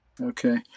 Okay